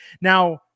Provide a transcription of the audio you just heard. Now